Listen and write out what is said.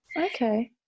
Okay